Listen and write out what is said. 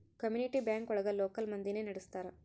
community bank ಒಳಗ local ಮಂದಿನೆ ನಡ್ಸ್ತರ